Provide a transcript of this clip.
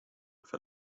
for